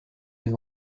les